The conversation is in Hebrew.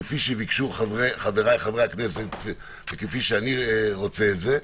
כפי שביקשו חבריי חברי הכנסת וכפי שאני רוצה את זה,